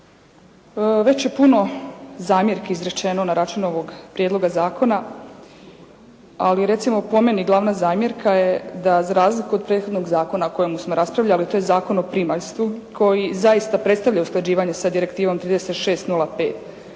već je puno zamjerki izrečeno na račun ovog prijedloga zakona ali recimo po meni glavna zamjerka je da za razliku od prethodnog zakona o kojemu smo raspravljali, a to je Zakon o primaljstvu koji zaista predstavlja usklađivanje sa direktivom 36-05